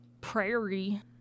prairie